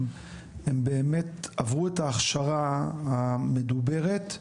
הם באמת עברו את ההכשרה המדוברת,